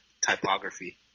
typography